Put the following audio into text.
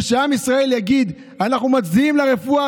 ושעם ישראל יגיד: אנחנו מצדיעים לרפואה,